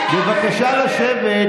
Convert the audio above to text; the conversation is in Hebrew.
אני שלחתי ילדים לגבול עזה.